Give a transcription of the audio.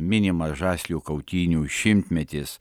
minimas žaslių kautynių šimtmetis